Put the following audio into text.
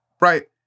right